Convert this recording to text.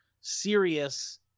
serious